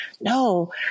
No